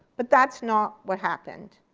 but that's not what happened.